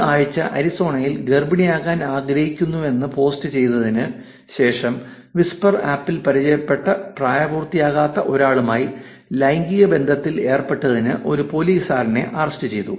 ഈ ആഴ്ച അരിസോണയിൽ ഗർഭിണിയാകാൻ ആഗ്രഹിക്കുന്നുവെന്ന് പോസ്റ്റ് ചെയ്തതിന് ശേഷം വിസ്പർ ആപ്പിൽ പരിചയപ്പെട്ട പ്രായപൂർത്തിയാകാത്ത ഒരാളുമായി ലൈംഗിക ബന്ധത്തിൽ ഏർപ്പെട്ടതിന് ഒരു പോലീസുകാരനെ അറസ്റ്റ് ചെയ്തു